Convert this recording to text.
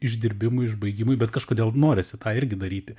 išdirbimui išbaigimui bet kažkodėl norisi tą irgi daryti